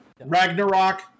Ragnarok